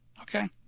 Okay